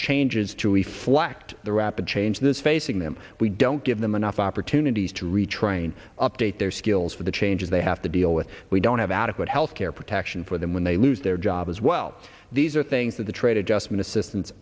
changes to e flack to the rapid change that is facing them we don't give them enough opportunities to retrain update their skills for the changes they have to deal with we don't have adequate health care protection for them when they lose their job as well these are things that the trade adjustment assistance